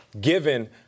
given